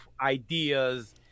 ideas